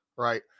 Right